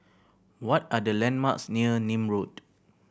what are the landmarks near Nim Road